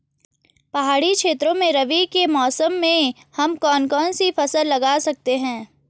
पहाड़ी क्षेत्रों में रबी के मौसम में हम कौन कौन सी फसल लगा सकते हैं?